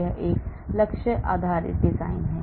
यह एक लक्ष्य आधारित डिजाइन हैं